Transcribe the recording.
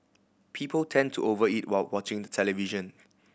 people tend to over eat while watching the television